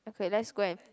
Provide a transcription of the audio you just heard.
okay let's go and